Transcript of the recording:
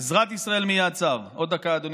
"עזרת ישראל מיד צר" עוד דקה, אדוני.